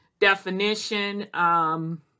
definition